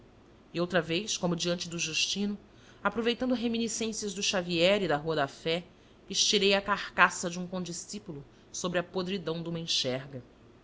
e outra vez como diante do justino aproveitando reminiscências do xavier e da rua da fé estirei a carcaça de um condiscípulo sobre a podridão de uma enxerga